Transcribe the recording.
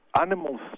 animals